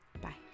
bye